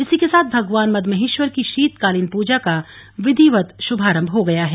इसी के साथ भगवान मदमहेश्वर की शीतकालीन पूजा का विधिवत शुभारंभ भी हो गया है